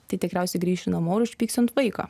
tai tikriausiai grįšiu namo ir užpyksiu ant vaiko